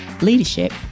leadership